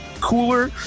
cooler